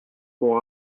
pour